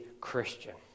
Christian